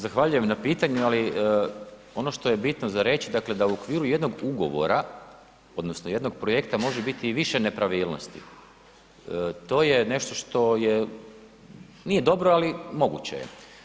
Dakle, zahvaljujem na pitanju, ali ono što je bitno za reć, dakle, da u okviru jednog ugovora odnosno jednog projekta može biti i više nepravilnosti, to je nešto što je, nije dobro, ali moguće je.